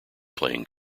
playing